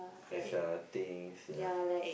there's are things ya